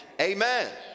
Amen